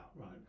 right